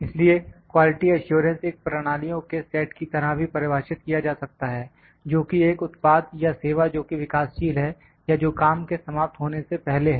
इसलिए quality assurance एक प्रणालियों के सेट की तरह भी परिभाषित किया जा सकता है जोकि एक उत्पाद या सेवा जोकि विकासशील है या जो काम के समाप्त होने से पहले है